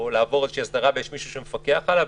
לעבור איזו הסדרה ויש מישהו שמפקח עליו,